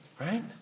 right